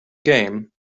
game